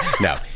No